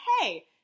hey